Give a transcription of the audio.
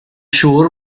siŵr